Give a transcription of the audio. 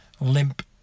limp